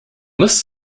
list